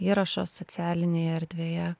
įrašą socialinėj erdvėje